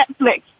Netflix